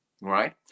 right